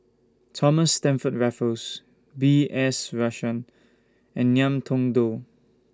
Thomas Stamford Raffles B S Rajhans and Ngiam Tong Dow